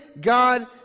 god